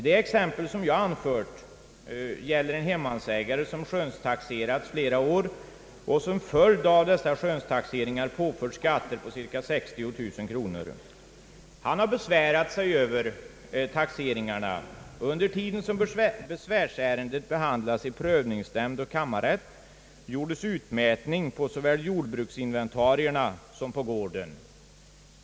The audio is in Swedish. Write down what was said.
Det exempel som jag anfört gäller en hemmansägare som skönstaxerats flera år och som följd av dessa skönstaxeringar påförts skatter på cirka 60 000 kronor. Han har besvärat sig över taxe ringarna, och under tiden som besvärsärendet behandlades i prövningsnämnd och kammarrätt gjordes utmätning på såväl jordbruksinventarierna som på gården.